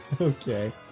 Okay